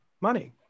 money